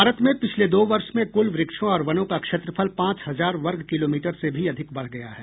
भारत में पिछले दो वर्ष में कुल वृक्षों और वनों का क्षेत्रफल पांच हजार वर्ग किलोमीटर से भी अधिक बढ़ गया है